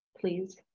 please